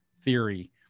theory